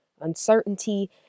Uncertainty